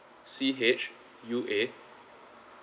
C H U A